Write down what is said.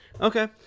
Okay